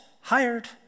Hired